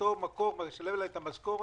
אותו מקור משלם להם את המשכורת,